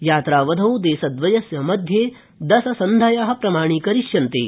यात्रावधौ देशद्रयस्य मध्ये दश सन्धय प्रमाणीकरिष्यन्ते